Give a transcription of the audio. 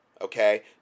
Okay